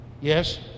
yes